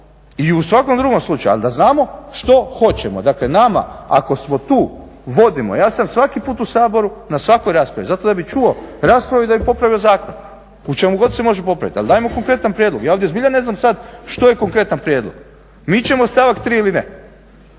I u svakom drugom slučaju ali da znamo što hoćemo. Dakle, nama ako smo tu, vodimo, ja sam svaki put u Saboru, na svakoj raspravi zato da bih čuo raspravu i da bih popravio zakon u čemu god se može popraviti ali dajmo konkretan prijedlog. Ja ovdje zbilja ne znam sada što je konkretan prijedlog. Mičemo stavak 3. ili ne.